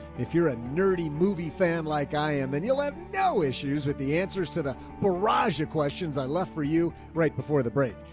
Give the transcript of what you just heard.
if you're a nerdy movie fan like i am, and you'll have no issues with the answers to the barrage of questions i left for you right before the break,